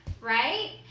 right